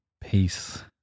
Peace